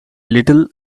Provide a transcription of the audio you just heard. little